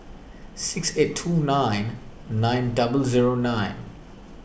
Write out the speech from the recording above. six eight two nine nine double zero nine